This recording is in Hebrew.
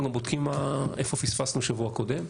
וגם בודקים איפה פספסנו שבוע קודם.